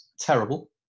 terrible